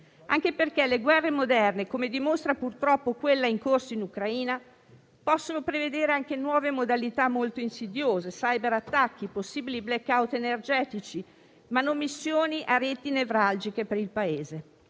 anche perché le guerre moderne, come dimostra purtroppo quella in corso in Ucraina, possono prevedere anche nuove modalità molto insidiose: cyberattacchi, possibili *blackout* energetici, manomissioni a reti nevralgiche per il Paese.